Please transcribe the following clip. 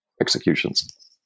executions